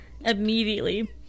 Immediately